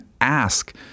ask